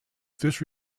this